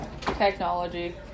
Technology